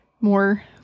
more